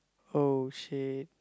oh shit